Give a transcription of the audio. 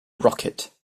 rocket